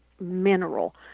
mineral